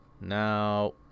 now